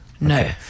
No